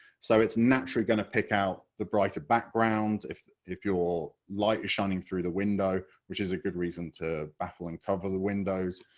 so it's naturally going to pick out the brighter background, if if your light is shining through the window, which is a good reason to baffle and cover the windows.